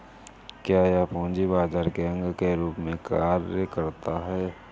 क्या यह पूंजी बाजार के अंग के रूप में कार्य करता है?